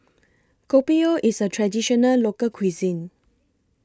Kopi O IS A Traditional Local Cuisine